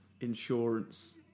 insurance